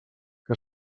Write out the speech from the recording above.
que